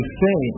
say